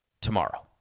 tomorrow